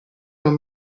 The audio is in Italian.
non